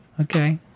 okay